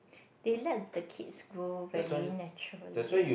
they let the kids grow very naturally eh